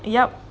yup